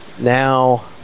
now